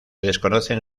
desconocen